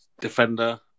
defender